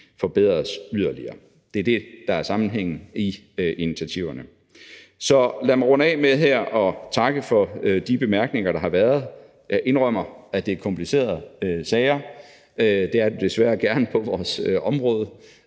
forbedres yderligere. Det er det, der er sammenhængen i initiativerne. Så lad mig runde af med her at takke for de bemærkninger, der har været. Jeg indrømmer, at det er komplicerede sager – det er det desværre gerne på vores område